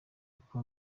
uko